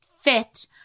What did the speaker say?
fit